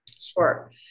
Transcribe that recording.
Sure